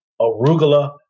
arugula